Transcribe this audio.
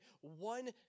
one